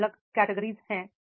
अलग अलग कैटेगरी हैं